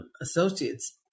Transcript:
associates